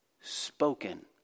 spoken